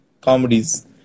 comedies